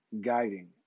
guiding